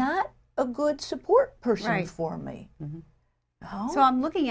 not a good support personally for me so i'm looking